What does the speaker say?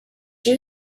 you